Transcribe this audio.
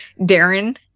darren